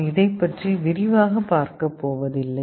நாம் இதைப்பற்றி விரிவாக பார்க்கப்போவதில்லை